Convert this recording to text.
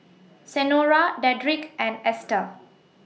Senora Dedrick and Ester